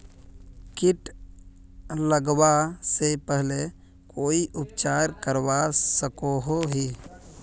किट लगवा से पहले कोई उपचार करवा सकोहो ही?